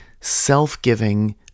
self-giving